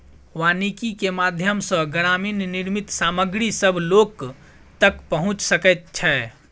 वानिकी के माध्यम सॅ ग्रामीण निर्मित सामग्री सभ लोक तक पहुँच सकै छै